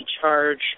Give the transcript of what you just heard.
charge